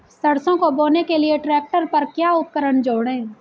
सरसों को बोने के लिये ट्रैक्टर पर क्या उपकरण जोड़ें?